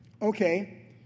Okay